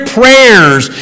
prayers